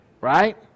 Right